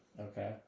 Okay